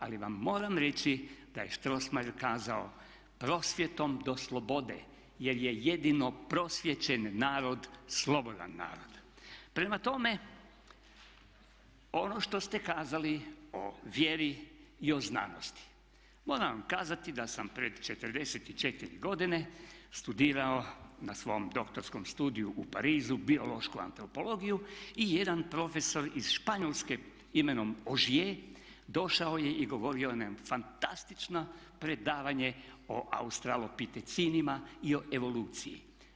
Ali vam moram reći da je Strossmayer kazao: "Prosvjedom do slobode, jer je jedino prosvijećen narod slobodan narod." Prema tome, ono što ste kazali o vjeri i o znanosti moram vam kazati da sam pred 44 godine studirao na svom doktorskom studiju u Parizu biološku antropologiju i jedan profesor iz Španjolske imenom Ožije došao je i govorio je fantastično predavanje o australopitecinima i o evoluciji.